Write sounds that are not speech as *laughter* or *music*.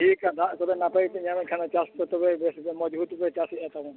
ᱴᱷᱤᱠ ᱜᱮᱭᱟ ᱫᱟᱜ ᱠᱚᱫᱚ ᱱᱟᱯᱟᱭ ᱜᱮᱯᱮ ᱧᱟᱢᱮᱫ ᱠᱷᱟᱱ ᱪᱟᱥ ᱯᱮ ᱛᱚᱵᱮ ᱵᱮᱥ ᱜᱮ *unintelligible* ᱪᱟᱥᱮᱜᱼᱟ ᱛᱟᱵᱚᱱ